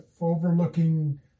overlooking